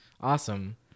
awesome